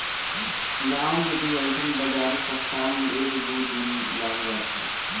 गांव में भी अइसन बाजारी सप्ताह में एक दू दिन लाग जात ह